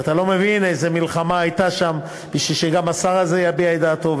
ואתה לא מבין איזו מלחמה הייתה שם שגם השר הזה יביע את דעתו,